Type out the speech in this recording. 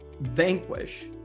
vanquish